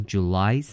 July